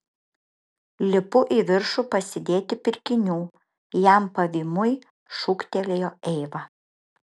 lipu į viršų pasidėti pirkinių jam pavymui šūktelėjo eiva